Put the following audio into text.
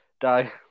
die